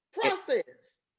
process